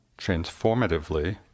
transformatively